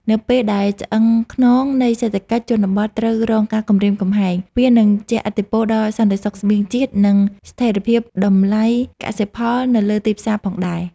នៅពេលដែលឆ្អឹងខ្នងនៃសេដ្ឋកិច្ចជនបទត្រូវរងការគំរាមកំហែង វានឹងជះឥទ្ធិពលដល់សន្តិសុខស្បៀងជាតិ និងស្ថិរភាពតម្លៃកសិផលនៅលើទីផ្សារផងដែរ។